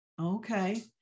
Okay